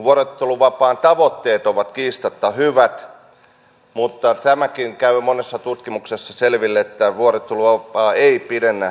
vuorotteluvapaan tavoitteet ovat kiistatta hyvät mutta tämäkin käy monessa tutkimuksessa selville että vuorotteluvapaa ei pidennä työuria